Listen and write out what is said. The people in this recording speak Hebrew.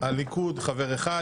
לליכוד חבר אחד,